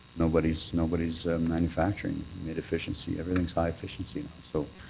nobody's nobody's manufacturing med efficiency. everything's high efficiency so